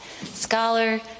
scholar